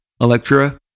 Electra